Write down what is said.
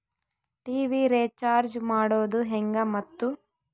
TV recharge ಮಾಡೋದು ಹೆಂಗ ಮತ್ತು?